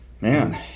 man